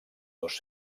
dos